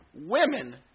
women